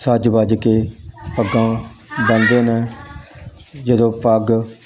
ਸੱਜ ਵੱਜ ਕੇ ਪੱਗਾਂ ਬੰਨ੍ਹਦੇ ਨੇ ਜਦੋਂ ਪੱਗ